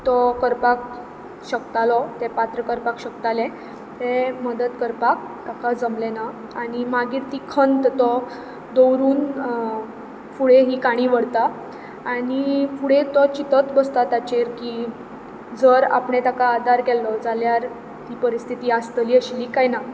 तो करपाक शकतालो तें पात्र करपाक शकतालें तें मदत करपाक ताका जमलें ना आनी मागीर ती खंत तो दवरून फुडें ही काणी व्हरता आनी फुडें तो चिंतत बसता ताचेर की जर आपणें ताका आदार केल्लो जाल्यार ती परिस्थिती आसतली आशिल्ली काय ना